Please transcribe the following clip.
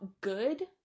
good